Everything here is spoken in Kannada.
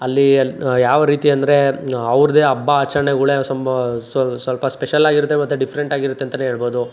ಅಲ್ಲಿ ಯಾವರೀತಿ ಅಂದರೆ ಅವ್ರದ್ದೇ ಹಬ್ಬ ಆಚರಣೆಗಳೇ ಸಂಬಾ ಸ್ವಲ ಸ್ವಲ್ಪ ಸ್ಪೆಷಲ್ಲಾಗಿರುತ್ತೆ ಮತ್ತು ಡಿಫ್ರೆಂಟಾಗಿರುತ್ತೆ ಅಂತಲೇ ಹೇಳ್ಬೋದು